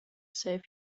save